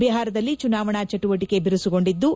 ಬಿಹಾರದಲ್ಲಿ ಚುನಾವಣಾ ಚಟುವಟಕೆ ಬಿರುಸುಗೊಂಡಿದ್ದು